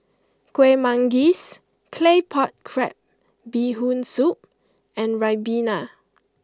Kueh Manggis Claypot Crab Bee Hoon Soup and Ribena